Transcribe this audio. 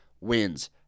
wins